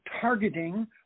targeting